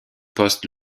poste